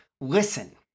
listen